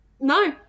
No